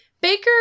Baker